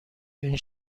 این